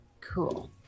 Cool